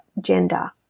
gender